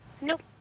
Nope